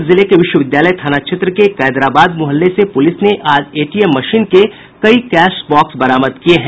वहीं जिले के विश्वविद्यालय थाना क्षेत्र के कैदराबाद मुहल्ले से प्रलिस ने आज एटीएम मशीन के कई कैश बॉक्स बरामद किये हैं